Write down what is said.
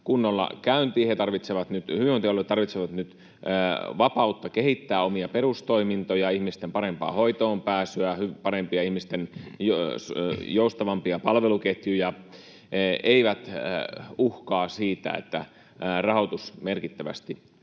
kunnolla käyntiin. Hyvinvointialueet tarvitsevat nyt vapautta kehittää omia perustoimintojaan — ihmisten parempaa hoitoonpääsyä, joustavampia palveluketjuja —, eivät uhkaa siitä, että rahoitus merkittävästi